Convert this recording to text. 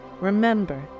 Remember